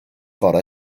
fore